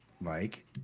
Mike